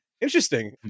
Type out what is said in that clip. interesting